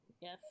Yes